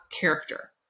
character